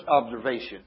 observation